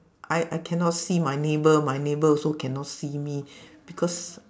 I I cannot see my neighbour my neighbour also cannot see me because